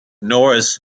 norris